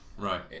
Right